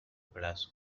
plazo